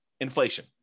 inflation